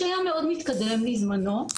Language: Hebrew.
שהיה מאוד מתקדם לזמנו,